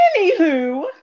Anywho